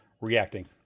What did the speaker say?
reacting